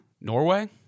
Norway